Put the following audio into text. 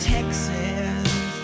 Texas